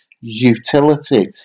utility